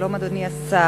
שלום, אדוני השר.